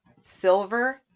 silver